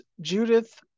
Judith